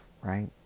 right